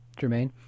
Jermaine